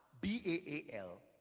B-A-A-L